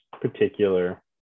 particular